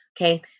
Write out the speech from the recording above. Okay